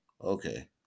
okay